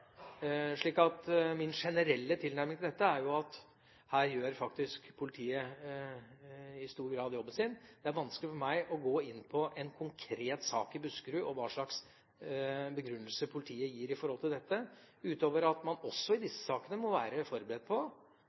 min generelle tilnærming til dette er at her gjør faktisk politiet i stor grad jobben sin. Det er vanskelig for meg å gå inn på en konkret sak i Buskerud og hva slags begrunnelser politiet gir i forhold til dette, utover at man også i disse sakene må være forberedt på